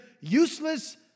useless